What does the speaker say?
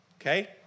okay